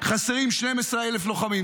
חסרים 12,000 לוחמים,